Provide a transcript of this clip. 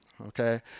Okay